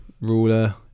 ruler